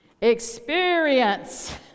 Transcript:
Experience